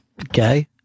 Okay